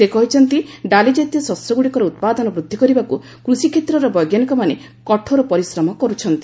ସେ କହିଛନ୍ତି ଡାଲିଯାତୀୟ ଶସ୍ୟଗୁଡ଼ିକର ଉତ୍ପାଦନ ବୃଦ୍ଧି କରିବାକୁ କୃଷିକ୍ଷେତ୍ରର ବୈଜ୍ଞାନିକମାନେ କଠୋର ପରିଶ୍ରମ କର୍ଚ୍ଚନ୍ତି